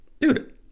dude